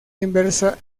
inversa